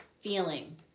feeling